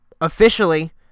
officially